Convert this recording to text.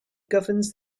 governs